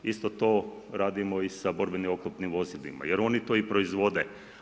Isto to radimo i sa borbenim oklopnim vozilima jer oni to i proizvode.